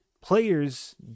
players